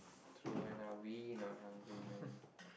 true when are we not hungry man